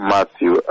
Matthew